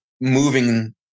moving